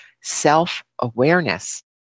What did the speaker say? self-awareness